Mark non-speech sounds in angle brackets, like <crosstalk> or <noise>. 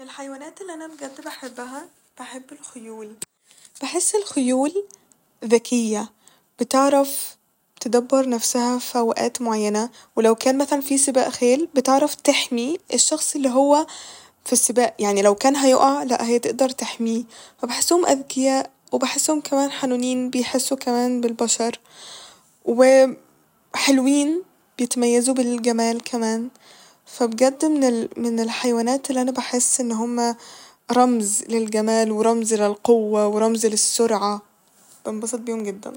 الحيوانات اللي انا بجد بحبها بحب الخيول ، بحس الخيول ذكية بتعرف تدبر نفسها ف اوقات معينة ولو كان مثلا ف سباق خيل بتعرف تحمي الشخص الل هو ف السباق يعني لو كان هيقع لا هي تقدر تحميه وبحسهم اذكياء وبحسهم كمان حنونين بيحسوا كمان بالبشر و <hesitation> حلوين بيتميزوا بالجمال كمان فبجد من ال- <hesitation> من الحيوانات اللي بحس انها رمز للجمال ورمز للقوة ورمز للسرعة بنبسط بيهم جدا